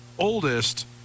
oldest